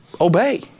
obey